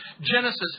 Genesis